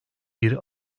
bir